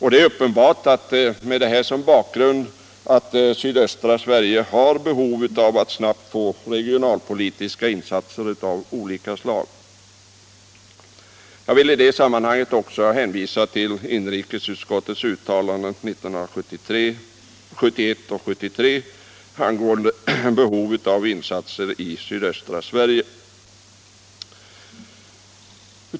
Med detta som bakgrund är det uppenbart att sydöstra Sverige har behov av snara regionalpolitiska insatser av olika slag. Jag vill i det sammanhanget hänvisa till inrikesutskottets uttalanden 1971 och 1973 angående behovet av insatser i sydöstra Sverige.